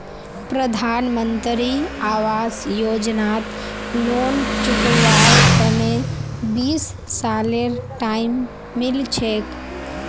प्रधानमंत्री आवास योजनात लोन चुकव्वार तने बीस सालेर टाइम मिल छेक